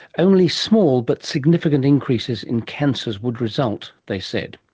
only small, but significant increases in cancers would result, they said.